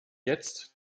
jetzt